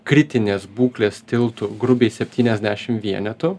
kritinės būklės tiltų grubiai septyniasdešim vienetų